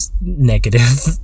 negative